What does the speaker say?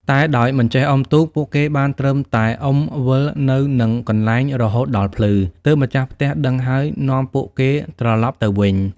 តែដោយមិនចេះអុំទូក ពួកគេបានត្រឹមតែអុំវិលនៅនឹងកន្លែងរហូតដល់ភ្លឺ ទើបម្ចាស់ផ្ទះដឹងហើយនាំពួកគេត្រឡប់ទៅវិញ ។